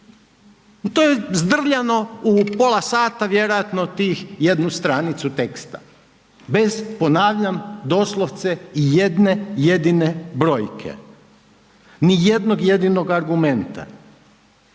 to je zdrljano u pola sata ti vjerojatno tih jednu stranicu teksta, bez ponavljam doslovce i jedne jedine brojke. Ni jednog jedinog argumenta